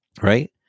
right